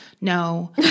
no